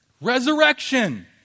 Resurrection